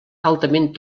altament